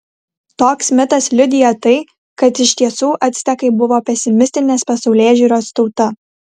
toks mitas liudija tai kad iš tiesų actekai buvo pesimistinės pasaulėžiūros tauta